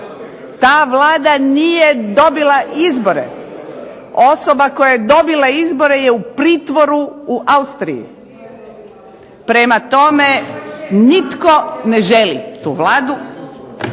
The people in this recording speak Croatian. ta Vlada nije dobila izbore, osoba koja je dobila izbore je u pritvoru u Austriji, prema tome nitko ne želi tu Vladu,